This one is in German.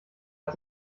hat